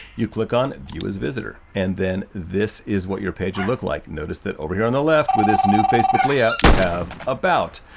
you click on view as visitor. and then this is what your page would look like. notice that over here on the left with this new facebook layout you have about,